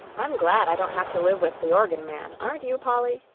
i'm glad i don't have to live with the organ-man aren't you, polly?